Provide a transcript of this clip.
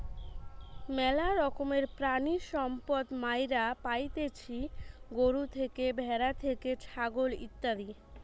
ম্যালা রকমের প্রাণিসম্পদ মাইরা পাইতেছি গরু থেকে, ভ্যাড়া থেকে, ছাগল ইত্যাদি